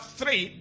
three